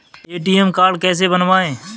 ATM card कैसे बनवाएँ?